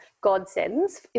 godsends